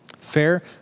Fair